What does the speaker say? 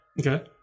Okay